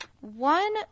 one